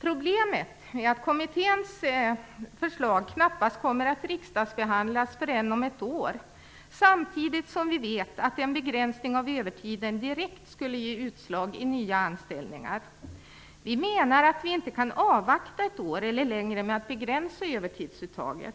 Problemet är att kommitténs förslag knappast kommer att riksdagsbehandlas förrän om ett år, samtidigt som vi vet att en begränsning av övertiden direkt skulle ge utslag i nya anställningar. Vi menar att vi inte kan avvakta ett år eller längre med att begränsa övertidsuttaget.